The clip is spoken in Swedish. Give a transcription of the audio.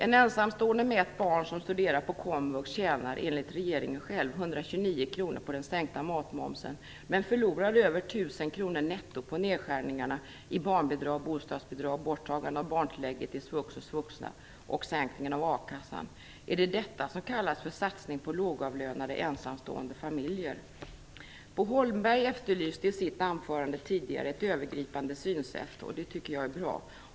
En ensamstående komvuxstuderande med ett barn tjänar, enligt regeringen själv, 129 kr på den sänkta matmomsen men förlorar över 1 000 kr netto på nedskärningarna i barnbidrag och bostadsbidrag, borttagandet av barntillägget i svux och svuxa och sänkningen av a-kassan. Är det detta som kallas för satsning på lågavlönade, ensamstående familjer? Bo Holmberg efterlyste i sitt anförande ett övergripande synsätt, och det tycker jag är bra.